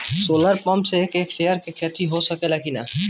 Solar pump से एक hectare क खेती हो सकेला की नाहीं?